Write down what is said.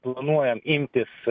planuojam imtis